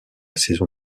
saison